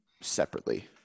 separately